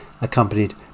accompanied